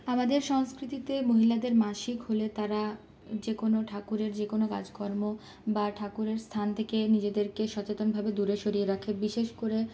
আমাদের সংস্কৃতিতে মহিলাদের মাসিক হলে তারা যেকোনো ঠাকুরের যেকোনো কাজকর্ম বা ঠাকুরের স্থান থেকে নিজেদেরকে সচেতনভাবে দূরে সরিয়ে রাখে বিশেষ করে